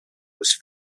was